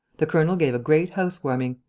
the colonel gave a great house-warming,